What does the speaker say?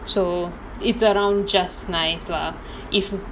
so it's around just nice lah if